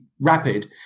rapid